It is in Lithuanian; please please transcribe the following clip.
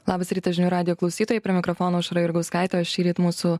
labas rytas žinių radijo klausytojai prie mikrofono aušra jurgauskaitė o šįryt mūsų